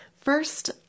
First